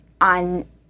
on